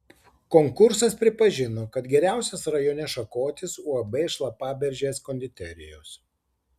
konkursas pripažino kad geriausias rajone šakotis uab šlapaberžės konditerijos